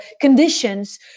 conditions